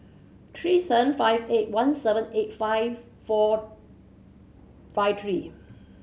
three seven five eight one seven eight five four five three